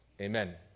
amen